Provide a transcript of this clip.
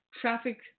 traffic